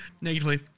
negatively